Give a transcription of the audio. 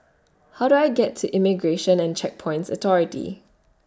How Do I get to Immigration and Checkpoints Authority